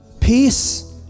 peace